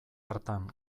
hartan